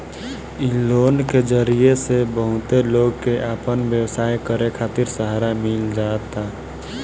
इ लोन के जरिया से बहुते लोग के आपन व्यवसाय करे खातिर सहारा मिल जाता